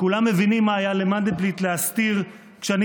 כולם מבינים מה היה למנדלבליט להסתיר כשאני